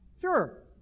Sure